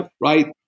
right